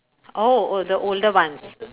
oh oh the older ones